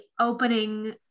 opening